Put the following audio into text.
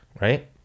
right